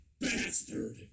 bastard